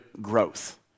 growth